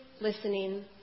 listening